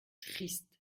triste